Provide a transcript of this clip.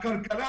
וכל הזמן